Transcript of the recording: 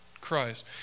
Christ